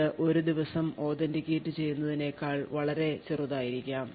ഇത് ഒരു ദിവസം authenticate ചെയ്യുന്നതിനേക്കാൾ വളരെ ചെറുതായിരിക്കാം